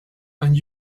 and